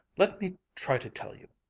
let me try to tell you.